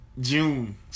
June